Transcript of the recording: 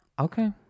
Okay